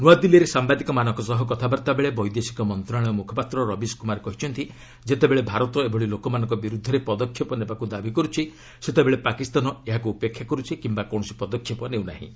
ନୂଆଦିଲ୍ଲୀରେ ସାମ୍ଭାଦିକମାନଙ୍କ ସହ କଥାବର୍ତ୍ତାବେଳେ ବୈଦେଶିକ ମନ୍ତ୍ରଣାଳୟ ମୁଖପାତ୍ର ରବୀଶ୍ କୁମାର କହିଛନ୍ତି ଯେତେବେଳେ ଭାରତ ଏଭଳି ଲୋକମାନଙ୍କ ବିରୁଦ୍ଧରେ ପଦକ୍ଷେପ ନେବାକୁ ଦାବି କରୁଛି ସେତେବେଳେ ପାକିସ୍ତାନ ଏହାକୁ ଉପେକ୍ଷା କରୁଛି କିମ୍ବା କୌଣସି ପଦକ୍ଷେପ ନେଉ ନାହିଁ